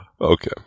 Okay